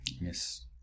Yes